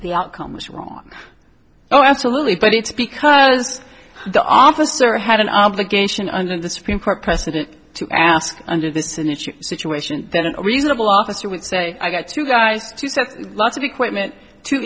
the outcome was wrong oh absolutely but it's because the officer had an obligation under the supreme court precedent to ask under this in the situation that an reasonable officer would say i got two guys who said lots of equipment to